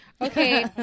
Okay